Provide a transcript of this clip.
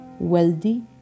Wealthy